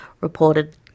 reported